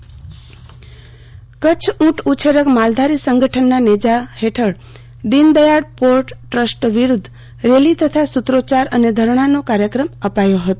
કચ્છ ઊંટ ઉછેરક માલધારી સંગઠન કચ્છ ઊંટ ઉછેરક માલધારી સંગઠનના નેજા હેઠળ દિનદયાળ પોર્ટ ટ્રસ્ટ વિરુદ્વ રેલી થથા સુત્રોચાર અને ધરણાનો કાર્યક્રમ આપાયો હતો